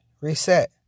Reset